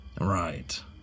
Right